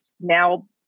now